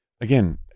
Again